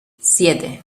siete